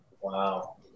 Wow